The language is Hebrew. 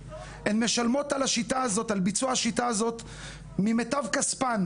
הן משלמות על השיטה הזאת ממיטב כספן,